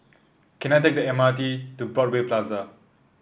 can I take the M R T to Broadway Plaza